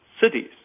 cities